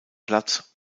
platz